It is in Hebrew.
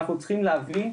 אנחנו צריכים להבין,